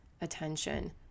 attention